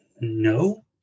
No